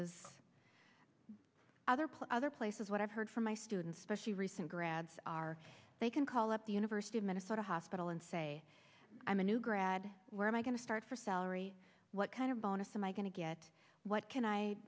as other plus other places what i've heard from my students specially recent grads are they can call up the university of minnesota hospital and say i'm a new grad where am i going to start for salary what kind of bonus am i going to get what can i